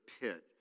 pit